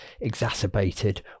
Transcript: exacerbated